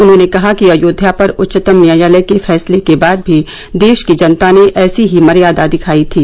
उन्होंने कहा कि अयोध्या पर उच्चतम न्यायालय के फैसले के बाद भी देश की जनता ने ऐसी ही मर्यादा दिखाई थी